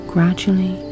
Gradually